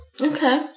Okay